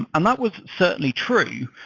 and that was certainly true.